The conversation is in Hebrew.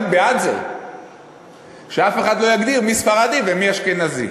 אני בעד זה שאף אחד לא יגדיר מי ספרדי ומי אשכנזי.